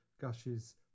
gushes